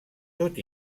tot